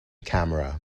camera